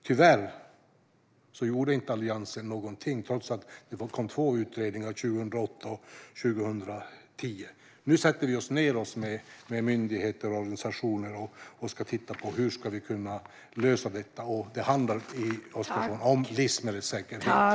Tyvärr gjorde inte Alliansen någonting trots att det kom två utredningar 2008 och 2010. Nu sätter vi oss ned med myndigheter och organisationer för att titta på hur vi ska kunna lösa detta. Det handlar, Magnus Oscarsson, om livsmedelssäkerhet.